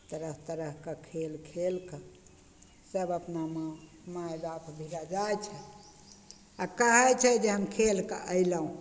तरह तरहके खेल खेल के सब अपना माँ माय बाप भिड़ा जाइ छै आओर कहय छै जे हम खेलके अयलहुँ